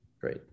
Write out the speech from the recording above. great